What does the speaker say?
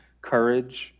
courage